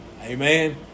Amen